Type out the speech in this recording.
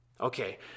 Okay